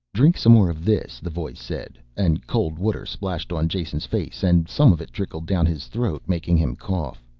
drink some more of this, the voice said, and cold water splashed on jason's face and some of it trickled down his throat making him cough.